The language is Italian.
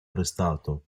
arrestato